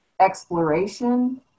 exploration